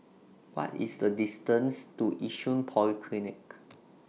What IS The distance to Yishun Polyclinic